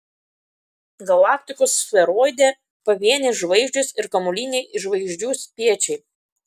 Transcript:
galaktikos sferoide pavienės žvaigždės ir kamuoliniai žvaigždžių spiečiai